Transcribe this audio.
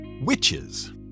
witches